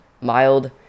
mild